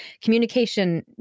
communication